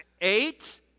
Eight